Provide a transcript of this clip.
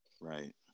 Right